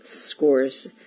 scores